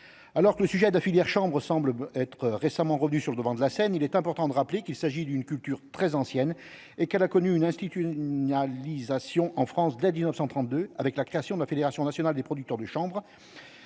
alors que le sujet de la filière chambre semble être récemment revenu sur le devant de la scène, il est important de rappeler qu'il s'agit d'une culture très ancienne et qu'elle a connu une institut nia Lisa Sion en France dès 1932 avec la création de la Fédération nationale des producteurs de chambre